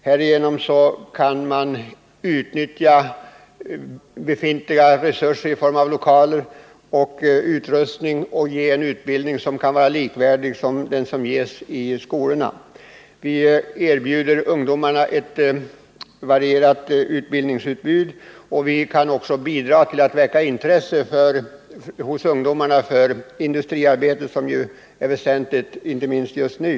Härigenom kan man utnyttja befintliga resurser i form av lokaler och utrustning och ge en utbildning som är likvärdig med den som gesi skolorna. Vi erbjuder ungdomarna ett varierat utbildningsutbud, och vi kan också bidra till att väcka intresse hos ungdomarna för industriarbetet, vilket ju är väsentligt inte minst just nu.